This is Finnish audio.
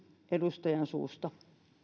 edustajan suusta